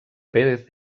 pérez